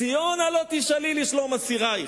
ציון הלא תשאלי לשלום אסירייך,